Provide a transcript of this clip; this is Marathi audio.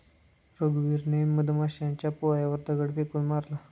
रघुवीरने मधमाशांच्या पोळ्यावर दगड फेकून मारला